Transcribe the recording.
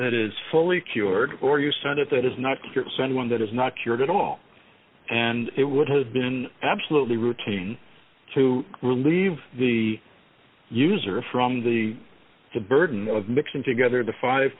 that is fully cured or you send it that is not cured send one that is not cured at all and it would have been absolutely routine to relieve the user from the the burden of mixing together the five